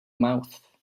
mouth